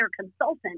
consultant